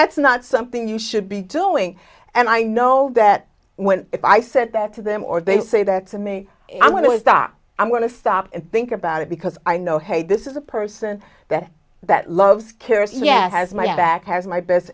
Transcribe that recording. that's not something you should be doing and i know that when i said that to them or they say that to me i'm going to stop i'm going to stop and think about it because i know hey this is a person that that loves cares yet has my back has my best